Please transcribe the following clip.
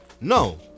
No